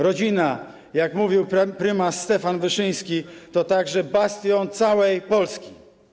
Rodzina, jak mówił prymas Stefan Wyszyński, to także bastion całej Polski.